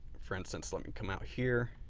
for instance, let me come out here.